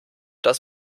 das